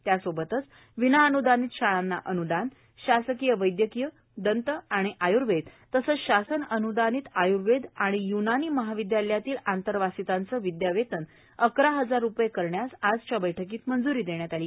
त्यासोबतच विनाअन्दानित शाळांना अन्दान शासकीय वैद्यकीयए दंत आणि आयुर्वेद आणि शासन अनुदानित आयुर्वेद तसंच युनानी महाविद्यालयातील आंतरवासितांचे विद्यावेतन अकरा हजार रुपये करण्यास आजच्या बैठकीत मंज्री देण्यात आली